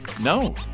No